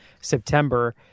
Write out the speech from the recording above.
September